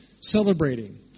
Celebrating